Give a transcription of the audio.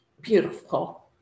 beautiful